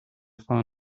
fahren